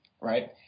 right